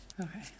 Okay